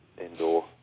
indoor